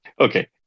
okay